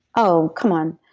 oh, come on.